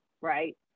Right